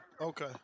Okay